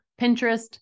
Pinterest